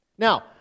Now